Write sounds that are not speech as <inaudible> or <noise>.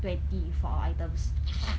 twenty for our items <breath>